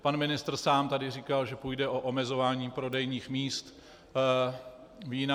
Pan ministr sám tady říkal, že půjde o omezování prodejních míst vína.